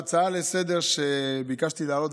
ההצעה לסדר-היום שביקשתי להעלות,